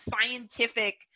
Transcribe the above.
scientific